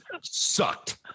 sucked